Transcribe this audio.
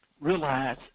realize